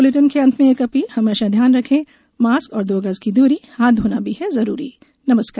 bulletin के अंत में एक अपील हमेशा ध्यान रखे मास्क और दो गज की दूरी हाथ धोना भी है जरूरी नमस्कार